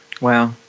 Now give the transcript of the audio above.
Wow